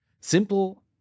simple